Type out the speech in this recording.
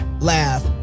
laugh